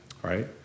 Right